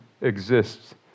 exists